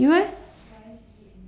you leh